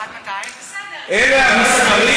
בממוצע, בשדות הגדולים, 67% לאורך חיי המאגר.